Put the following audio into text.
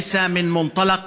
ילמד את השפה